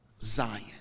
Zion